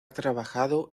trabajado